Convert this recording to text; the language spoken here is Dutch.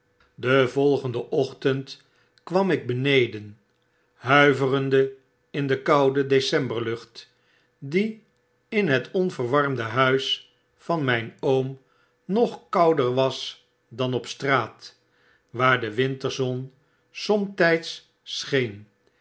den volgenden ochtend kwam ik beneden huiverende in de koude decemberlucht die in het onverwarmde huis van mijn oom nog kouder was dan op straat waar de winterzon somtflds